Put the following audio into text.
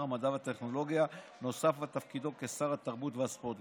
המדע והטכנולוגיה נוסף על תפקידו כשר התרבות והספורט,